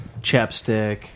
Chapstick